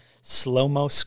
Slow-mo